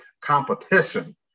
competition